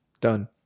Done